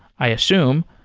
i assume,